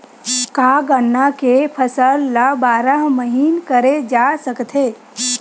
का गन्ना के फसल ल बारह महीन करे जा सकथे?